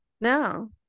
no